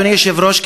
אדוני היושב-ראש,